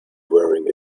wearing